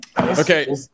Okay